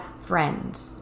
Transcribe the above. friends